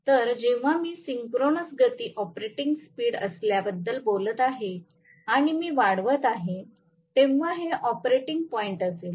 तर जेव्हा मी सिंक्रोनस गती ऑपरेटिंग स्पीड असल्याबद्दल बोलत आहे आणि मी वाढवित आहे तेव्हा हे ऑपरेटिंग पॉईंट असेल